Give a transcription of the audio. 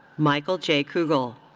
michael j. koogle.